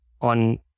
on